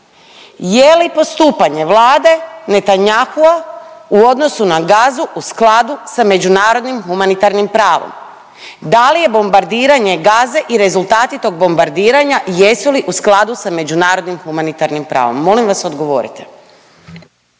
je li postupanje Vlade Netanjahua u odnosu na Gazu u skladu sa međunarodnim humanitarnim pravom? Da li je bombardiranje Gaze i rezultati tog bombardiranja jesu li u skladu sa međunarodnim humanitarnim pravom? Molim vas odgovorite.